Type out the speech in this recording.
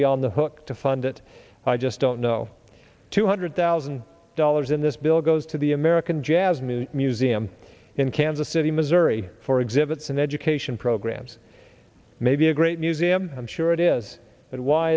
be on the hook to fund it i just don't know two hundred thousand dollars in this bill goes to the american jasmine museum in kansas city missouri for exhibits and education programs maybe a great museum i'm sure it is but why